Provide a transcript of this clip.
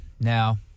Now